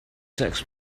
sex